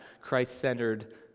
Christ-centered